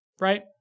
right